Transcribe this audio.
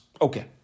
Okay